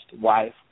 wife